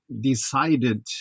decided